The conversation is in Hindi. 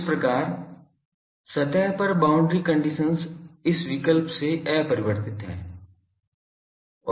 इस प्रकार सतह पर बाउंड्री कंडीशंस इस विकल्प से अपरिवर्तित है